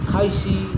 খাইছি